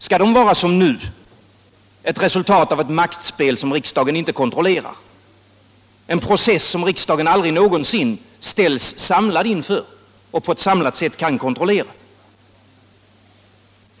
Skall det vara som nu, ett resultat av ett maktspel som riksdagen inte kontrollerar, en process som riksdagen aldrig någonsin ställs samlad inför och på ett samlat sätt kan kontrollera?